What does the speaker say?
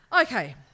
Okay